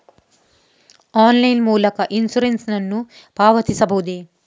Online ಮೂಲಕ insurance ನ್ನು ಪಾವತಿಸಬಹುದೇ?